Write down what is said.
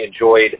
enjoyed